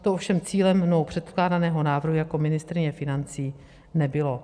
To ovšem cílem mnou předkládaného návrhu jako ministryně financí nebylo.